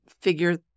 figure